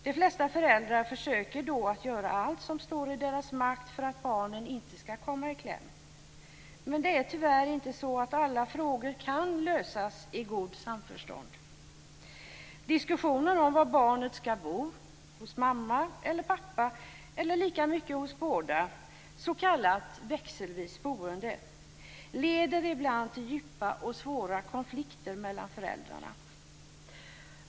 De flesta föräldrar försöker då att göra allt som står i deras makt för att barnen inte ska komma i kläm. Men det är tyvärr inte så att alla frågor kan lösas i gott samförstånd. Diskussionen om var barnet ska bo - hos mamma eller pappa eller lika mycket hos båda, s.k. växelvis boende - leder ibland till djupa och svåra konflikter mellan föräldrarna.